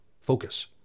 focus